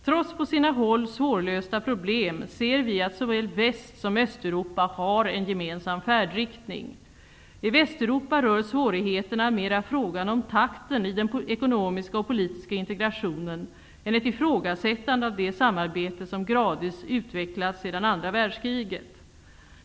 Trots på sina håll svårlösta problem ser vi att såväl Väst som Östeuropa har en gemensam färdriktning. I Västeuropa rör svårigheterna mera frågan om takten i den ekonomiska och politiska integrationen än ett ifrågasättande av det samarbete som gradvis utvecklats sedan andra världskriget.